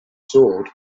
sword